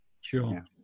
Sure